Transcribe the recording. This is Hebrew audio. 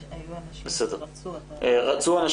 יש אנשים נוספים שרצו לדבר.